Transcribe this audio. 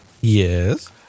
Yes